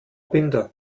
binder